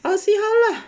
I will see how lah